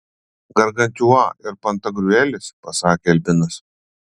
gargantiua ir pantagriuelis pasakė albinas